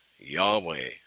Yahweh